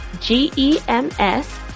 G-E-M-S